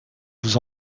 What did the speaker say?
vous